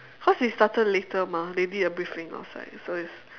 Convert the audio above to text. cause we started later mah they did a briefing outside so it's